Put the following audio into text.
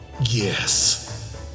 Yes